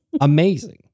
Amazing